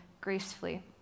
gracefully